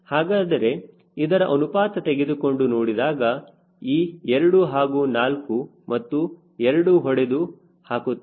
ಹಾಗಾದರೆ ಇದರ ಅನುಪಾತ ತೆಗೆದುಕೊಂಡು ನೋಡಿದಾಗ ಈ 2 ಹಾಗೂ 4 ಮತ್ತು 2 ಹೊಡೆದು ಹಾಕುವುದು